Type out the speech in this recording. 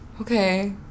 Okay